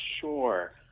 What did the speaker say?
Sure